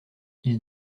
ils